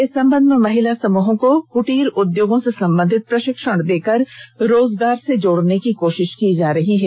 इस संबंध में महिला समूहों को क्टीर उद्योगों से संबंधित प्रशिक्षण देकर रोजगार से जोडने की कोशिश की जा रही है